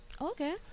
Okay